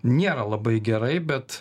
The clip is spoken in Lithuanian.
niera labai gerai bet